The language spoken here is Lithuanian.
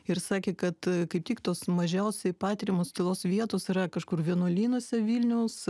ir sakė kad kaip tik tos mažiausiai patiriamos tylos vietos yra kažkur vienuolynuose vilniaus